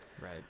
Right